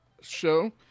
show